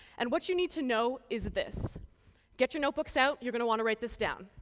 and what you need to know is this get your notebooks out you're going to want to write this down.